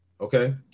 okay